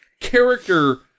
character